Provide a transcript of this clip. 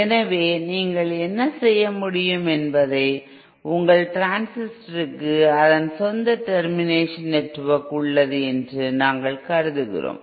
எனவே நீங்கள் என்ன செய்ய முடியும் என்பது உங்கள் டிரான்சிஸ்டருக்கு அதன் சொந்த டெர்மினேஷன் நெட்வொர்க் உள்ளது என்று நாங்கள் கருதுகிறோம்